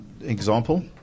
example